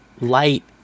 light